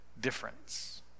difference